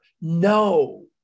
No